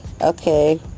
okay